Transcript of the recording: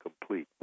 complete